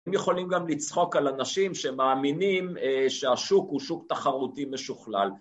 הם יכולים גם לצחוק על אנשים שמאמינים שהשוק הוא שוק תחרותי משוכלל